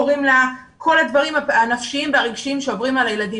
קוראים לה כל הדברים הנפשיים והרגשיים שעוברים על הילדים